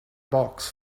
box